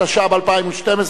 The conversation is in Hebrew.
התשע"ב 2012,